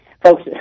folks